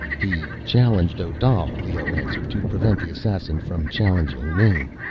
he challenged odal, leoh answered, to prevent the assassin from challenging me.